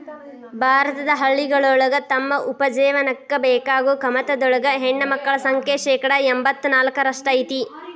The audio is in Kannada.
ಭಾರತದ ಹಳ್ಳಿಗಳೊಳಗ ತಮ್ಮ ಉಪಜೇವನಕ್ಕ ಬೇಕಾಗೋ ಕಮತದೊಳಗ ಹೆಣ್ಣಮಕ್ಕಳ ಸಂಖ್ಯೆ ಶೇಕಡಾ ಎಂಬತ್ ನಾಲ್ಕರಷ್ಟ್ ಐತಿ